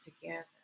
together